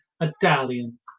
Italian